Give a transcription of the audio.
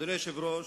אדוני היושב-ראש,